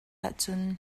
ahcun